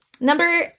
number